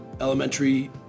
elementary